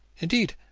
indeed,